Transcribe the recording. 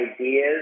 ideas